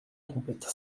trompette